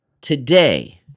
Today